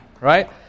right